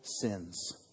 sins